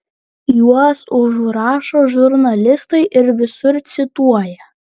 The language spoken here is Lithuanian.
juos užrašo žurnalistai ir visur cituoja